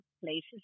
places